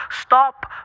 Stop